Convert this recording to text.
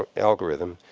ah algorithm.